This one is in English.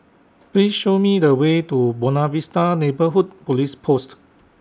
Please Show Me The Way to Buona Vista Neighbourhood Police Post